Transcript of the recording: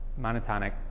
monotonic